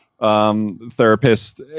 Therapist